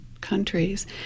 countries